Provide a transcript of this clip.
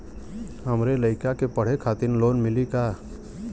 हमरे लयिका के पढ़े खातिर लोन मिलि का?